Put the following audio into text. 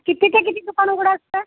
किती ते किती दुकान उघडं असतं